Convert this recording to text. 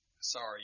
sorry